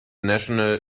national